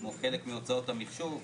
כמו חלק מהוצאות המחשוב,